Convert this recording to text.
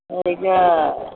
অঁ এতিয়া